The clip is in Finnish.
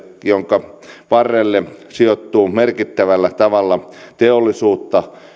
jonka varrelle sijoittuu merkittävällä tavalla teollisuutta